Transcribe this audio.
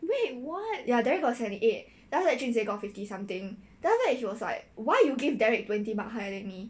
yeah derrick got seventy eight then after that jun jie got fifty something then after like he was like why you give derrick twenty mark higher than me